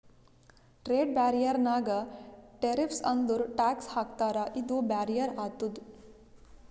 trade barrier ನಾಗ್ tariffs ಅಂದುರ್ tax ಹಾಕ್ತಾರ ಇದು ಬ್ಯಾರಿಯರ್ ಆತುದ್